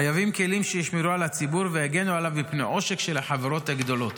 חייבים כלים שישמרו על הציבור ויגנו עליו מפני עושק של החברות הגדולות.